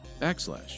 backslash